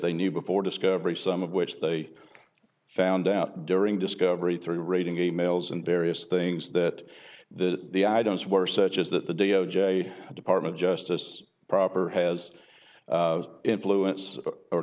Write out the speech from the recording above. they knew before discovery some of which they found out during discovery three rating gay males and various things that that the items were such as that the d o j department justice proper has influence or